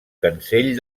cancell